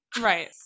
Right